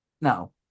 No